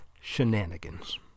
shenanigans